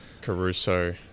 caruso